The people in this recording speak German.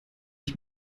ich